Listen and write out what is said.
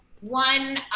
one